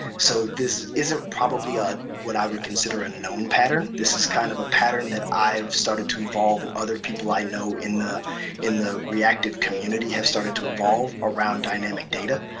so this isn't probably ah what i would consider a known pattern, this is kind of a pattern that i've started to evolve in other people i know in the in the reactive community have started to evolve around dynamic data.